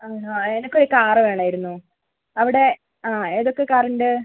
എനിക്കൊരു കാർ വേണമായിരുന്നു അവിടെ ഏതൊക്കെ കാറുണ്ട്